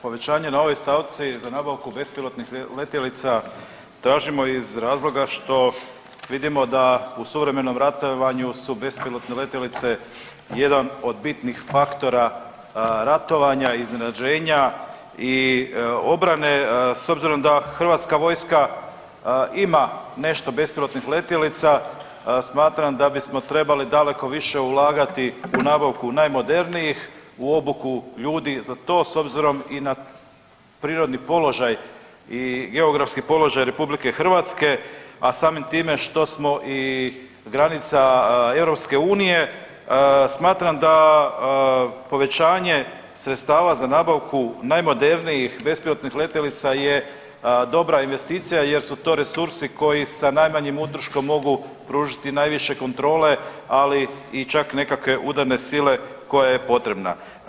Povećanje na ovoj stavci za nabavku bespilotnih letjelica tražimo iz razloga što vidimo da u suvremenom ratovanju su bespilotne letjelice jedan od bitnih faktora ratovanja, iznenađenja i obrane s obzirom da Hrvatska vojska ima nešto bespilotnih letjelica smatramo da bismo trebali daleko više ulagati u nabavku najmodernijih, u obuku ljudi za to s obzirom i na prirodni položaj i geografski položaj RH, a samim time što smo i granica EU smatram da povećanje sredstava za nabavku najmodernijih bespilotnih letjelica je dobra investicija jer su to resursi koji sa najmanjim utrškom mogu pružiti najviše kontrole, ali i čak nekakve udarne sile koja je potrebna.